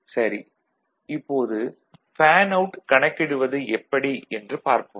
சரி இப்போது fan out கணக்கிடுவது எப்படி என்று பார்ப்போம்